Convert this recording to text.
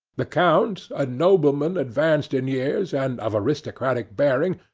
the count, a nobleman advanced in years and of aristocratic bearing,